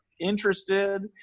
interested